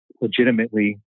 legitimately